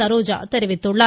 சரோஜா தெரிவித்துள்ளார்